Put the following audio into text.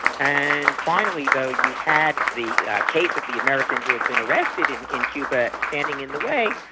and finally though you had the case of the american who had been arrested in in cuba standing in the way,